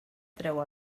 treu